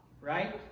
Right